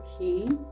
Okay